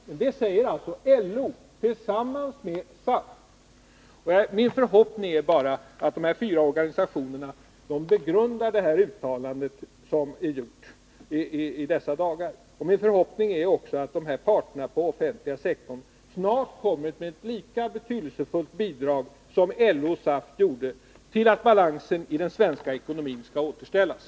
Detta uttalande gör alltså LO tillsammans med SAF, och min förhoppning är bara att de berörda fyra organisationerna skall begrunda det. Jag hoppas vidare att dessa parter på den offentliga sektorn snart kommer med ett lika betydelsefullt bidrag som vad LO och SAF gjort till att balansen i den svenska ekonomin skall återställas.